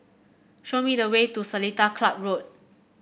show me the way to Seletar Club Road